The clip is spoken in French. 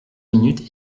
minutes